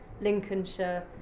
Lincolnshire